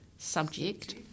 subject